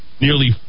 Nearly